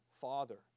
Father